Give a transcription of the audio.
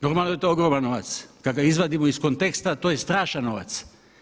Normalno da je to ogroman novac, kada ga izvadimo iz konteksta to je strašan novac.